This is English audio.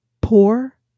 poor